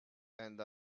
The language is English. and